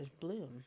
bloom